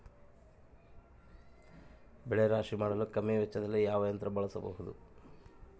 ಬೆಳೆ ರಾಶಿ ಮಾಡಲು ಕಮ್ಮಿ ವೆಚ್ಚದಲ್ಲಿ ಯಾವ ಯಂತ್ರ ಬಳಸಬಹುದು?